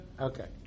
Okay